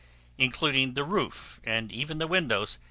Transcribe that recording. including the roof and even the windows,